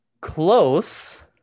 close